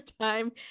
time